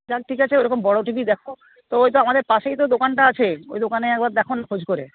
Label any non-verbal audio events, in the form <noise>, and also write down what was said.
যাক ঠিক আছে ওই রকম বড় টি ভি দেখো তো ওই তো আমাদের পাশেই তো দোকানটা আছে ওই দোকানেই একবার দেখো <unintelligible> খোঁজ করে